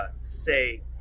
say